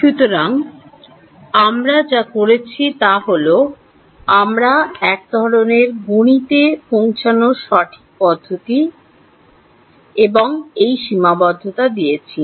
সুতরাং আমরা যা করেছি তা হল আমরা এক ধরণের গণিতে পৌঁছনোর সঠিক পদ্ধতি এবং সীমাবদ্ধতা দিয়েছি